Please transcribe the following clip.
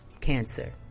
cancer